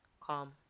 Calm